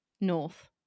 north